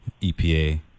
EPA